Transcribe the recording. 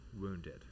wounded